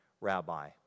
rabbi